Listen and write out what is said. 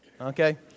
Okay